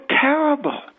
terrible